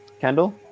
Kendall